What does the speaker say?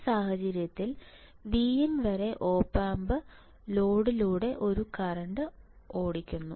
ഈ സാഹചര്യത്തിൽ Vin വരെ ഓപ് ആമ്പ് ലോഡിലൂടെ ഒരു കറന്റ് ഓടിക്കുന്നു